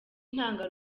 intanga